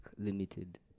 limited